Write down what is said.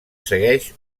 segueix